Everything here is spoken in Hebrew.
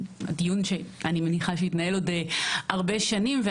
דיון שכנראה יארך עוד שנים רבות,